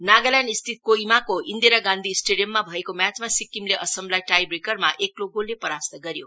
नागाल्याण्ड स्थित कोहिमाको इन्दिरा गान्धी स्टेडियममा भएको म्याचमा सिक्किमले असमलाई टाइ ब्रेकेरमा एकलो गोलले परास्त गर्यो